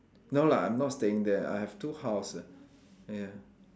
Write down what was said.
no lah I'm not staying there I have two house ah ya